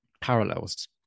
parallels